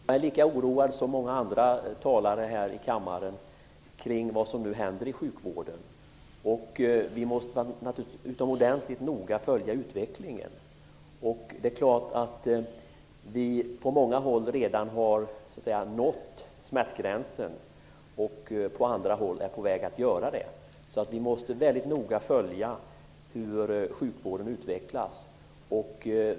Herr talman! Jag är lika oroad som många andra talare här i kammaren över vad som nu händer i sjukvården. Vi måste naturligtvis följa utvecklingen utomordentligt noga. På många håll har vi redan nått smärtgränsen, och på andra håll är vi på väg att göra det. Vi måste mycket noga följa hur sjukvården utvecklas.